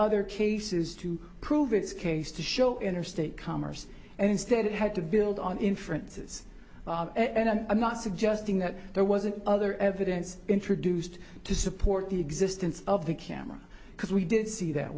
other cases to prove its case to show interstate commerce and instead it had to build on inferences and i'm not suggesting that there wasn't other evidence introduced to support the existence of the camera because we did see that